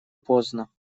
поздно